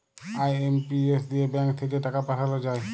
IMPS দিয়ে bank থাক্যে টাকা পাঠাল যায়